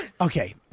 okay